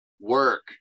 work